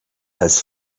his